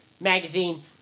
Magazine